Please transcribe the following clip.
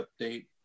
update